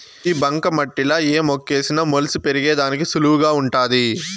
ఈ బంక మట్టిలా ఏ మొక్కేసిన మొలిసి పెరిగేదానికి సులువుగా వుంటాది